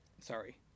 Sorry